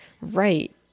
Right